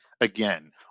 again